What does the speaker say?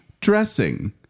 dressing